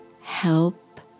help